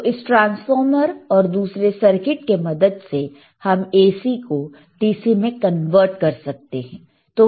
तो इस ट्रांसफार्मर और दूसरे सर्किट के मदद से हम AC को DC मैं कन्वर्ट कर सकते हैं